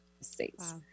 States